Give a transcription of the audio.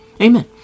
Amen